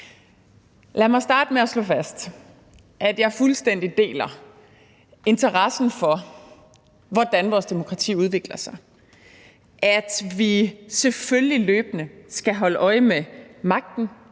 Lad mig starte med at slå fast, at jeg fuldstændig deler interessen for, hvordan vores demokrati udvikler sig, at vi selvfølgelig løbende skal holde øje med magten,